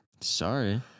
sorry